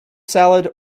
salad